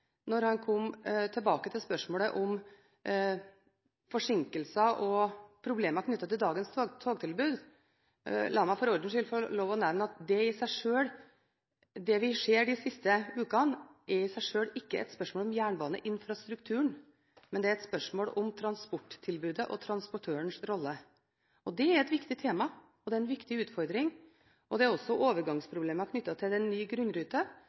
kom tilbake til spørsmålet om forsinkelser og problemer knyttet til dagens togtilbud, at det vi har sett de siste ukene, er i seg sjøl ikke et spørsmål om jernbaneinfrastrukturen, men det er et spørsmål om transporttilbudet og transportørens rolle. Det er et viktig tema, og det er en viktig utfordring. Det er også overgangsproblemer knyttet til en ny grunnrute